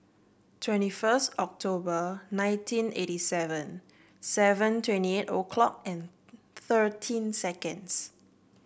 twenty first October nineteen eighty seven seven twenty eight a clock and thirteen seconds